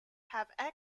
have